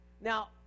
Now